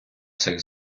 цих